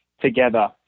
together